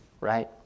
right